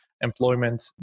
employment